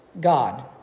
God